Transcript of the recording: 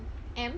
M